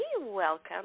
Welcome